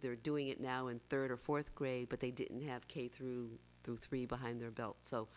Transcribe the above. they're doing it now in third or fourth grade but they didn't have k through two three behind their belt so